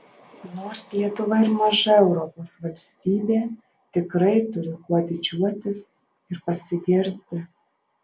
nors lietuva ir maža europos valstybė tikrai turi kuo didžiuotis ir pasigirti